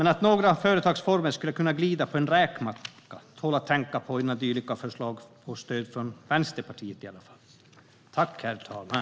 Att några företagsformer skulle kunna glida på en räkmacka tål att tänka på innan dylika föreslag får stöd, i alla fall från Vänsterpartiet.